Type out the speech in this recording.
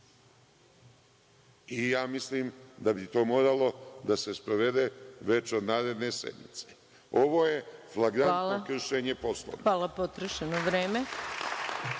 i ja mislim da bi to moralo da se sprovede već od naredne sednice. Ovo je flagrantno kršenje Poslovnika. **Maja Gojković**